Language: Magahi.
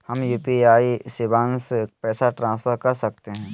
हम यू.पी.आई शिवांश पैसा ट्रांसफर कर सकते हैं?